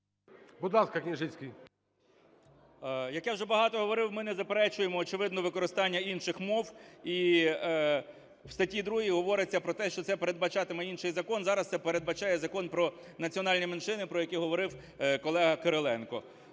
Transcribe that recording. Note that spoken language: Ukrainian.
Як я вже багато говорив, ми не заперечуємо очевидно використання інших мов. І в статті 2 говориться про те, що це передбачатиме інший закон. Зараз це передбачає Закон про національні меншини, про який говорив колега Кириленко.